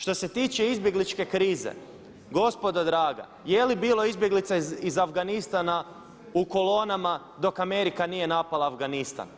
Što se tiče izbjegličke krize gospodo draga je li bilo izbjeglica iz Afganistana u kolonama dok Amerika nije napala Afganistan?